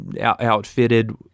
outfitted